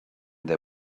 they